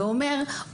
ואומר,